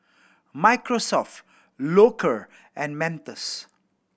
Microsoft Loacker and Mentos